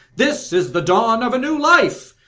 this is the dawn of a new life!